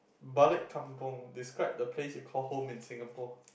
balik kampung describe the place you call home in Singapore